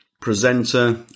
presenter